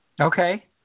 Okay